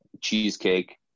cheesecake